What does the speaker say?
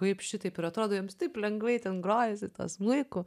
kaip šitaip ir atrodo jiems taip lengvai ten grojasi tuo smuiku